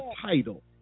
title